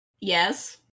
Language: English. yes